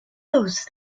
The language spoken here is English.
those